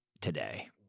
today